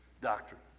doctrine